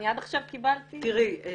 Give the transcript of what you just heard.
אני עד עכשיו קיבלתי --- לא,